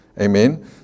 Amen